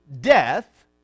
death